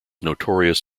notorious